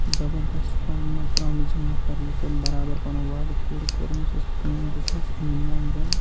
زَبردست پَنُن نہِ پرامِزنگ نَفر یُس زَن برابر پَنُن وعدٕ پوٗرٕ کوٚر أمس ٲسِکھ کٲم دِژمٕژ أمۍ أنۍ یہِ اَنجام